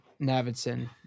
Navidson